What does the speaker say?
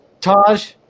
Taj